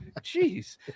jeez